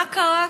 מה קרה כאן?